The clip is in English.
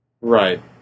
Right